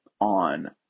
on